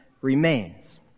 remains